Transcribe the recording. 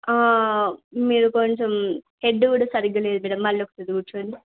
మీరు కొంచెం హెడ్ కూడా సరిగ్గా లేదు మేడమ్ మళ్ళీ ఒకసారి కూర్చోండి